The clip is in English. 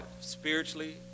spiritually